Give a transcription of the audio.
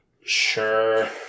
Sure